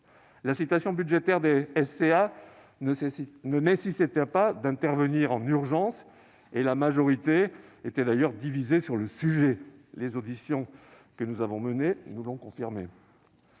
La situation budgétaire des SCA ne nécessitait pas d'intervenir en urgence et la majorité était d'ailleurs divisée sur le sujet- les auditions que nous avons menées nous l'ont confirmé.